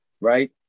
right